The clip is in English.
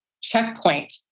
checkpoint